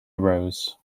arose